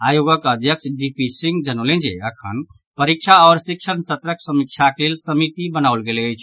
आयोगक अध्यक्ष D P Singh जनौलनि जे अखन परीक्षा आओर शिक्षण सत्रक समीक्षाक लेल समिति बनाओल गेल अछि